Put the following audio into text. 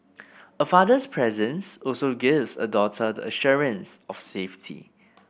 a father's presence also gives a daughter the assurance of safety